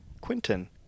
Quinton